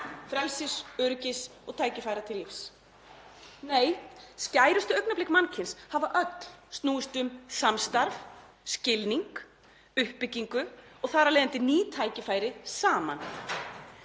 frelsis, öryggis og tækifæra til lífs. Nei, skærustu augnablik mannkyns hafa öll snúist um samstarf, skilning, uppbyggingu og þar af leiðandi ný tækifæri saman.